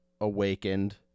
awakened